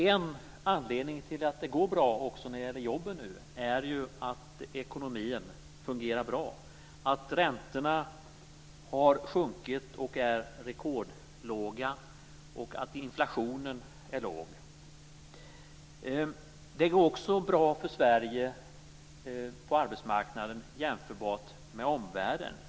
En anledning till att det går bra även när det gäller jobben är att ekonomin fungerar bra, räntorna har sjunkit och är rekordlåga och inflationen är låg. Det går bra för den svenska arbetsmarknaden jämfört med omvärlden.